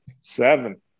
Seven